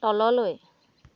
তললৈ